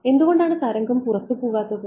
എന്തുകൊണ്ടാണ് തരംഗം പുറത്തുപോകാത്തത്